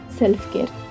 self-care